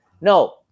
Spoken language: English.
No